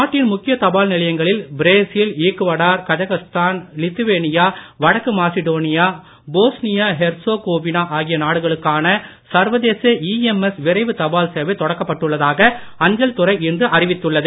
நாட்டின் முக்கிய தபால் நிலையங்களில் பிரேசில் ஈக்குவடார் கஜகஸ்தான் லித்துவேனியா வடக்கு மாசிடோனியா போஸ்னியா ஹெர்சோகோவினா ஆகிய நாடுகளுக்கான சர்வதேச இஎம்எஸ் விரைவ தபால் சேவை தொடக்கப்பட்டுள்ளதாக அஞ்சல்துறை இன்று அறிவித்துள்ளது